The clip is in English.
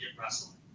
wrestling